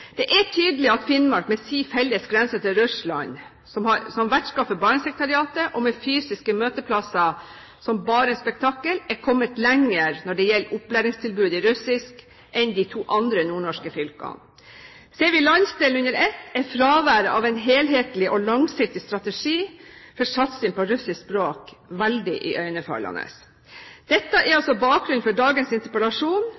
Det er tydelig at Finnmark med sin felles grense med Russland, som vertskap for Barentssekretariatet og med fysiske møteplasser som Barents Spektakel, er kommet lenger når det gjelder opplæringstilbud i russisk enn de to andre nordnorske fylkene. Ser vi landsdelen under ett, er fraværet av en helhetlig og langsiktig strategi for satsing på russisk språk veldig iøynefallende. Dette er